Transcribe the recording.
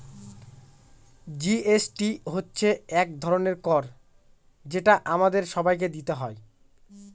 GST হচ্ছে এক ধরনের কর যেটা আমাদের সবাইকে দিতে হয়